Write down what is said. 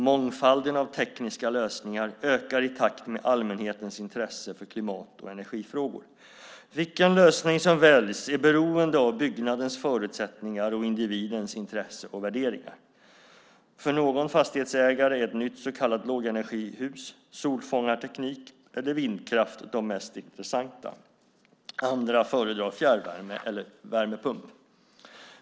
Mångfalden av tekniska lösningar ökar i takt med allmänhetens intresse för klimat och energifrågor. Vilken lösning som väljs är beroende av byggnadens förutsättningar och individens intresse och värderingar. För någon fastighetsägare är ett nytt så kallat lågenergihus, solfångarteknik eller vindkraft de mest intressanta. Andra föredrar fjärrvärme eller värmepump.